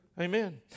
Amen